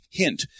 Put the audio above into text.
hint